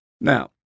Now